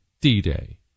D-Day